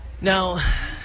Now